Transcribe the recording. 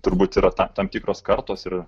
turbūt yra tam tam tikros kartos ir